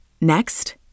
Next